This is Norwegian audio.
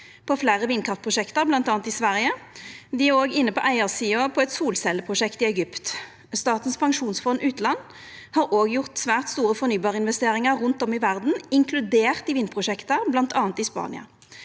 i fleire vindkraftprosjekt, bl.a. i Sverige. Dei er òg inne på eigarsida i eit solcelleprosjekt i Egypt. Statens pensjonsfond utland har òg gjort svært store fornybar-investeringar rundt om i verda, inkludert vindprosjekt, bl.a. i Spania.